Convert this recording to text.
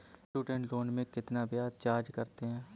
Student loan में कितना ब्याज चार्ज करते हैं?